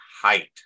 height